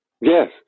Yes